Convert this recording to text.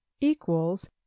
equals